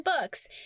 books